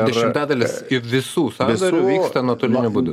dešimtadalis visų sandorių vyksta nuotoliniu būdu